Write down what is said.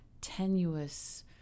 tenuous